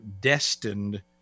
destined